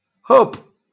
hope